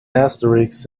asterisk